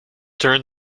turn